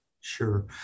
Sure